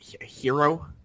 hero